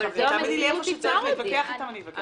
תאמיני לי, איפה שצריך להתווכח איתם, אני אתווכח.